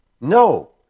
No